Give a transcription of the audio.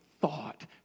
thought